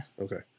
Okay